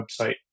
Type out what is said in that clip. website